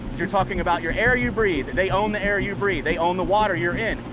you're talking about your air you breathe. they own the air you breathe. they own the water you're in.